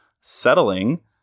settling